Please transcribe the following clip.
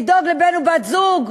לדאוג לבן-זוג או בת-זוג.